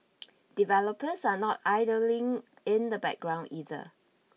developers are not idling in the background either